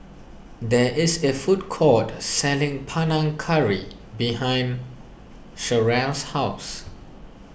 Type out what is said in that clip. there is a food court selling Panang Curry behind Sheryl's house